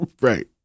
Right